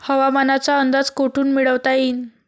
हवामानाचा अंदाज कोठून मिळवता येईन?